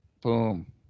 Boom